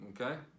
Okay